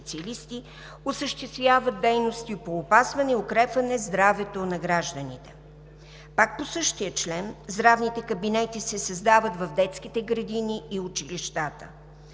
осъществяват дейности по опазване и укрепване здравето на гражданите. Пак в същия член здравните кабинети се създават в детските градини и училищата,